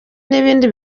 n’ibindi